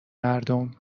مردم